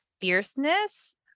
fierceness